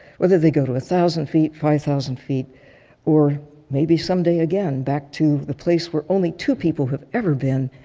whether they go to a thousand feet, five thousand feet or maybe some day, again, back to the place where only two people have ever been,